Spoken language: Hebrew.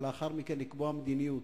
אבל לאחר מכן לקבוע מדיניות.